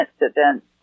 incident